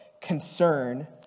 concern